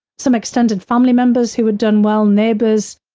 some extended family members who had done well, neighbors,